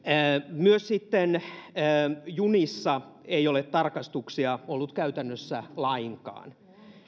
myös sitten junissa ei ole tarkastuksia ollut käytännössä lainkaan